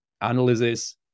analysis